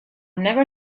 never